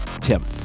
Tim